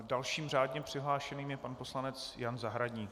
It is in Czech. Dalším řádně přihlášeným je pan poslanec Jan Zahradník.